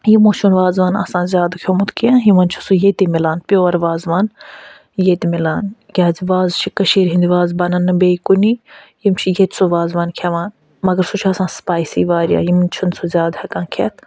یِمَو چھُنہٕ وازٕوان آسان زیادٕ کھیٚومُت کیٚنہہ یِمَن چھِ سُہ ییٚتہِ مِلان پِیُور وازٕوان ییٚتہِ مِلان کیٛازِ وَازٕ چھِ کٔشیٖرِ ہِنٛدۍ وازٕ بَنَن نہٕ بیٚیہِ کُنی یِم چھِ ییٚتہِ سُہ وازٕوان کھٮ۪وان مگر سُہ چھِ آسان سِپایسی واریاہ یِم چھِنہٕ سُہ ہٮ۪کان زیادٕ کھٮ۪تھ